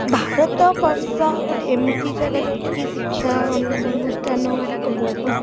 ଭାରତବର୍ଷ ଗୋଟେ ଏମତି ଜାଗା ଯେଉଁଠିକି ଶିକ୍ଷା ଅନୁଷ୍ଠାନ ଗୁଡ଼ାକ ବହୁତ